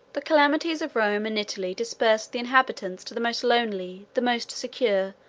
the calamities of rome and italy dispersed the inhabitants to the most lonely, the most secure,